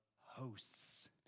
hosts